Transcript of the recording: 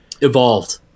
evolved